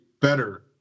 better